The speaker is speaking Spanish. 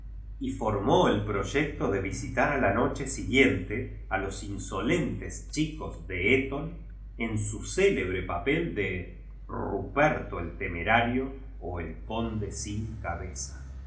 y formó el proyecto de visitar a la noche si guiente a los insolentes chicos de eton en su célebre papel de ruperto el temerario o el conde sin cabeza